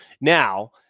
Now